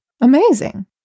Amazing